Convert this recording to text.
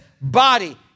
body